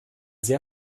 sehr